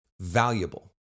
valuable